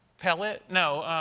pellet? no.